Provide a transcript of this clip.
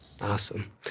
Awesome